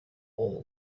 all